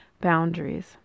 boundaries